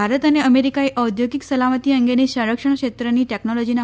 ભારત અને અમેરિકાએ ઔદ્યોગિક સલામતી અંગેની સંરક્ષણ ક્ષેત્રની ટેકનોલોજીના